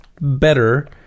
better